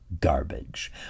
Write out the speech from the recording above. garbage